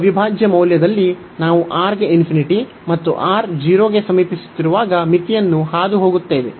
ಈ ಅವಿಭಾಜ್ಯ ಮೌಲ್ಯದಲ್ಲಿ ನಾವು R ಗೆ ಮತ್ತು R 0 ಕ್ಕೆ ಸಮೀಪಿಸುತ್ತಿರುವಾಗ ಮಿತಿಯನ್ನು ಹಾದು ಹೋಗುತ್ತೇವೆ